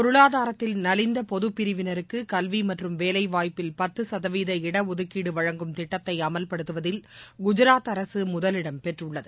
பொருளாதாரத்தில் நவிந்தபொதுப் பிரிவினருக்குகல்விமற்றும் வேலைவாய்ப்பில் பத்துசதவீத இடஒதுக்கீடுவழங்கும் திட்டத்தைஅமல்படுத்துவதில் குஜராத் அரசுமுதலிடம் பெற்றுள்ளது